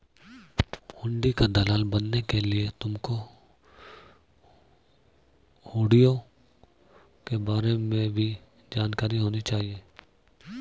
हुंडी का दलाल बनने के लिए तुमको हुँड़ियों के बारे में भी जानकारी होनी चाहिए